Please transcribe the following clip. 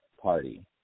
party